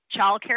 childcare